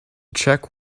check